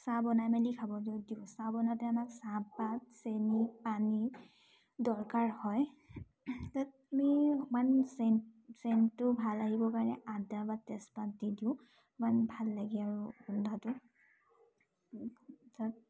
চাহ বনাই মেলি খাবলৈ দিওঁ চাহ বনাওঁতে আমাক চাহপাত চেনী পানী দৰকাৰ হয় তাত আমি অকণমান চেন চেণ্টটো ভাল আহিব পাৰে আদা বা তেজপাত দি দিওঁ ইমান ভাল লাগে আৰু ৰন্ধাটো তাত